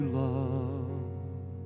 love